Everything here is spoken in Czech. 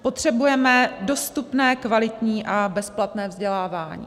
Potřebujeme dostupné, kvalitní a bezplatné vzdělávání.